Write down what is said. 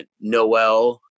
noel